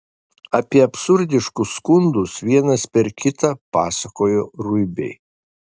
apie absurdiškus skundus vienas per kitą pasakojo ruibiai